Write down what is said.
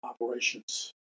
Operations